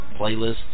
playlists